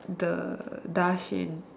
the Darshin